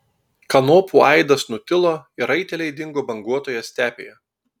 kanopų aidas nutilo ir raiteliai dingo banguotoje stepėje